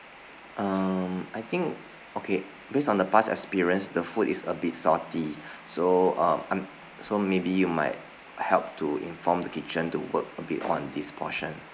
um I think okay based on the past experience the food is a bit salty so um I'm so maybe you might help to inform the kitchen to work a bit on this portion